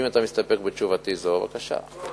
אם אתה מסתפק בתשובתי זו, בבקשה.